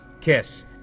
Kiss